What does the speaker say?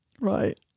Right